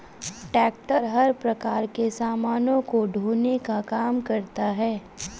tractor हर प्रकार के सामानों को ढोने का काम करता है